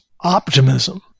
optimism